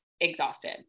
exhausted